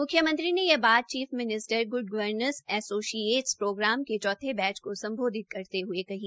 मुख्यमंत्री ने यह बात chief minister good governance associates programme के चौथे बैच को संबोधित करते हुए कही